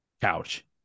couch